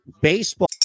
baseball